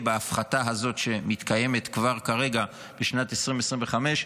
בהפחתה הזאת שמתקיימת כבר כרגע בשנת 2025,